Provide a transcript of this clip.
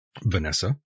Vanessa